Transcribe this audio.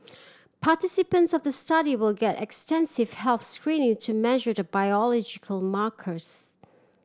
participants of the study will get extensive health screening to measure the biological markers